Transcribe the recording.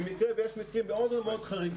במקרה ויש מקרים מאוד חריגים